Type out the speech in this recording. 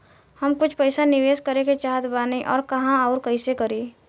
हम कुछ पइसा निवेश करे के चाहत बानी और कहाँअउर कइसे करी?